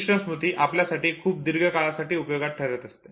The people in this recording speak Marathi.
दृश्य स्मृती आपल्यासाठी खूप दीर्घकाळासाठी उपयोगी ठरत असते